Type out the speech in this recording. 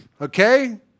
Okay